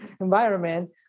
environment